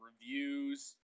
reviews